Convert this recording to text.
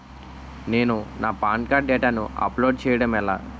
నేను నా PAN card డేటాను అప్లోడ్ చేయడం ఎలా?